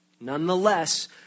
nonetheless